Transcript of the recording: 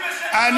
לא היית פה.